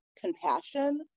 compassion